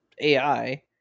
AI